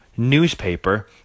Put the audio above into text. newspaper